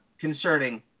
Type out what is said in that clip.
concerning